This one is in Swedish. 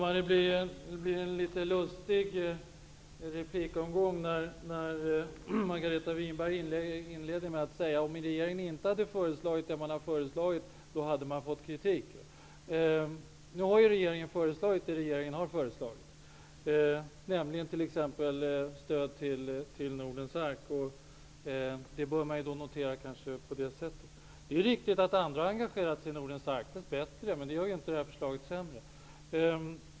Fru talman! Det blir en litet lustig replikomgång. Margareta Winberg inledde med att säga att om regeringen inte hade föreslagit det som man har föreslagit, hade man fått kritik. Nu har ju regeringen föreslagit det som den har föreslagit, nämligen stöd till Nordens ark. Detta bör kanske noteras. Det är riktigt att andra har engagerat sig i Nordens ark -- dess bättre -- men det gör ju inte det här förslaget sämre.